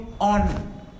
on